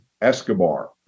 Escobar